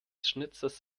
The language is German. schnitzers